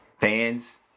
fans